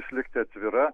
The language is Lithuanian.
išlikti atvira